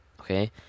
okay